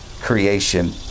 creation